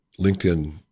LinkedIn